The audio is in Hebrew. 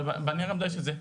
אבל בנייר העמדה יש את זה.